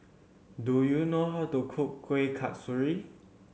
do you know how to cook Kuih Kasturi